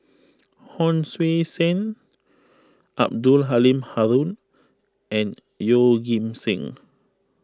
Hon Sui Sen Abdul Halim Haron and Yeoh Ghim Seng